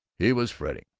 he was fretting,